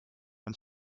and